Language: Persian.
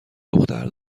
دختر